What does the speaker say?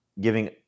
giving